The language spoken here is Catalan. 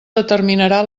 determinarà